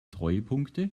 treuepunkte